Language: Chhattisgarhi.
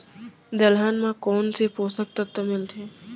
दलहन म कोन से पोसक तत्व मिलथे?